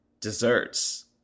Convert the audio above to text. Desserts